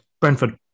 Brentford